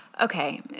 Okay